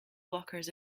blockers